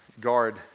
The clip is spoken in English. guard